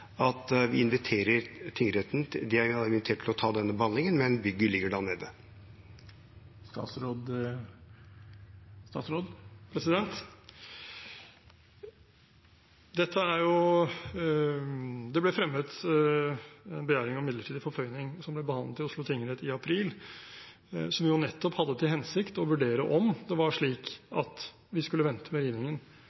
at tingretten er invitert til å ta denne behandlingen på et tidspunkt når Y-blokka ligger nede? Det ble fremmet en begjæring om midlertidig forføyning, som ble behandlet i Oslo tingrett i april, som nettopp hadde til hensikt å vurdere om det var slik